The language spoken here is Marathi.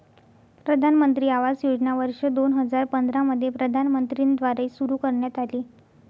प्रधानमंत्री आवास योजना वर्ष दोन हजार पंधरा मध्ये प्रधानमंत्री न द्वारे सुरू करण्यात आली